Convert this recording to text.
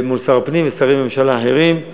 מול שר הפנים ושרי ממשלה אחרים.